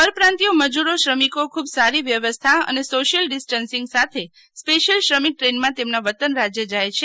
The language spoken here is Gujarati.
પરપ્રાંતિયો મજૂરો શ્રમિકો ખુબ સારી વ્યવસ્થા અને સોશિયલ ડિસ્ટન્સિંગ સાથે સ્પેશ્યલ શ્રમિક ટ્રેનમાં તેમના વતન રાજ્ય જાય છે